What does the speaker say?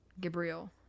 Gabriel